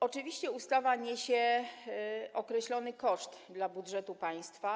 Oczywiście ustawa niesie określony koszt dla budżetu państwa.